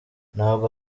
ntabwo